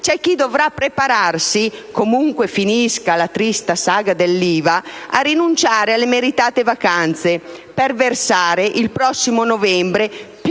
c'è chi dovrà prepararsi, comunque finisca la triste saga dell'IVA, a rinunciare alle meritate vacanze per versare il prossimo novembre più